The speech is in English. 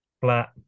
flat